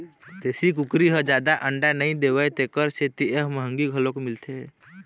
देशी कुकरी ह जादा अंडा नइ देवय तेखर सेती ए ह मंहगी घलोक मिलथे